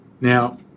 Now